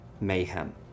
Mayhem